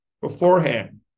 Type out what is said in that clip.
beforehand –